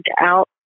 out